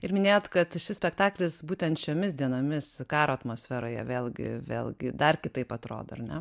ir minėjot kad šis spektaklis būtent šiomis dienomis karo atmosferoje vėlgi vėlgi dar kitaip atrodo ar ne